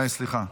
אה, סליחה,